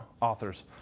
authors